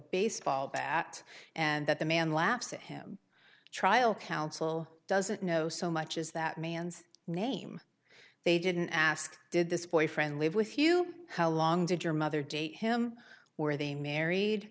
baseball bat and that the man laps at him trial counsel doesn't know so much is that man's name they didn't ask did this boyfriend live with you how long did your mother date him where they married